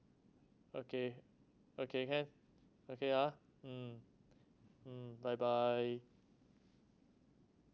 okay okay can okay ah mm mm bye bye